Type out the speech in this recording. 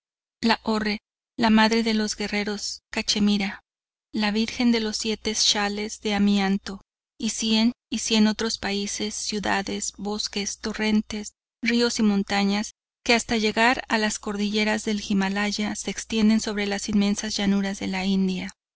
la madre de los guerreros cachemira la virgen de los siete schales de amianto y cien y cien otros países ciudades bosques torrentes ríos y montañas que hasta llegar a las cordilleras del himalaya se extienden sobre las inmensas llanuras de la india